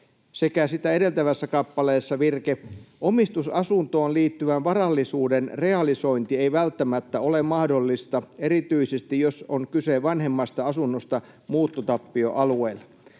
Sitä edeltävässä kappaleessa on virke: ”Omistusasuntoon liittyvän varallisuuden realisointi ei välttämättä ole mahdollista, erityisesti jos on kyse vanhemmasta asunnosta muuttotappioalueilla.”